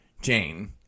Jane